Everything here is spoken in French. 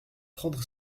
prendre